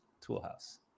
Toolhouse